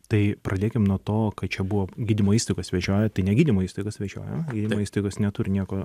tai pradėkim nuo to kad čia buvo gydymo įstaigos vežiojo tai ne gydymo įstaigos vežiojo gydymo įstaigos neturi nieko